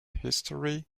history